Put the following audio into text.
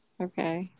Okay